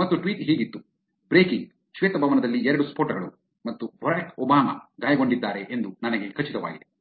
ಮತ್ತು ಟ್ವೀಟ್ ಹೀಗಿತ್ತು ಬ್ರೇಕಿಂಗ್ ಶ್ವೇತಭವನದಲ್ಲಿ ಎರಡು ಸ್ಫೋಟಗಳು ಮತ್ತು ಬರಾಕ್ ಒಬಾಮಾ ಗಾಯಗೊಂಡಿದ್ದಾರೆ ಎಂದು ನನಗೆ ಖಚಿತವಾಗಿದೆ